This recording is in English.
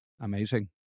Amazing